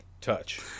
touch